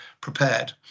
prepared